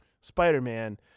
Spider-Man